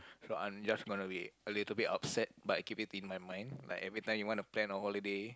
so I'm just gonna be a little bit upset but I keep it in my mind like every time you want to plan a holiday